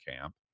camp